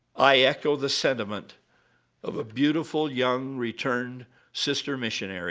i echo the sentiment of a beautiful young returned sister missionary